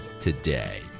today